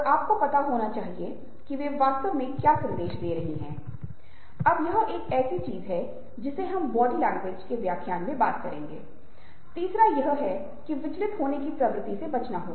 सहानुभूति वह जगह है जहां आप अपने खुद के जूते डाल रहे हैं लेकिन वहां से आप भावनात्मक रूप से दूसरे व्यक्ति को लिए अपनी भावनाओं को कुछ हद तक व्यक्त कर रहे हैं